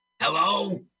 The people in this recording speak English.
Hello